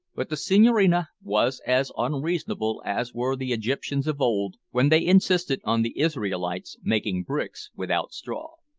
but the senhorina was as unreasonable as were the egyptians of old, when they insisted on the israelites making bricks without straw.